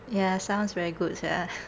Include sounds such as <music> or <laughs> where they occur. ya sounds very good sia <laughs>